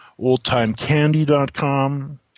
OldTimeCandy.com